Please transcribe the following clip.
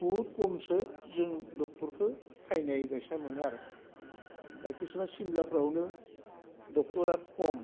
बुहुद खमसो जों ड'क्टरखो फायनाय बायसा मोनो आरो दा किसुमान सिमलाफोरावनो ड'क्टरा खम